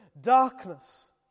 darkness